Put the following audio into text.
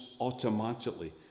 automatically